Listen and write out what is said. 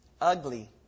ugly